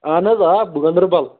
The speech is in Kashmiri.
اَہَن حظ آ گانٛدربَل